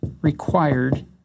required